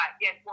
yes